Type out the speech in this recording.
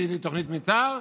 בלי תוכנית מתאר,